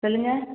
சொல்லுங்கள்